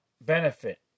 benefit